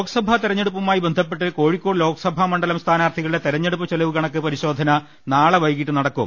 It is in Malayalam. ലോക്സഭ തെരഞ്ഞെടുപ്പുമായി ബന്ധപ്പെട്ട് കോഴിക്കോട് ലോ ക്സഭാ മണ്ഡലം സ്ഥാനാർത്ഥികളുടെ തെരഞ്ഞെടുപ്പ് ചെലവ് ക ണക്ക് പരിശോധന നാളെ വൈകീട്ട് നടക്കും